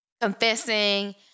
confessing